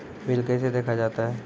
Bill कैसे देखा जाता हैं?